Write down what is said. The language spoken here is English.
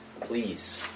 please